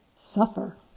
suffer